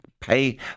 pay